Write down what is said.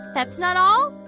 that's not all.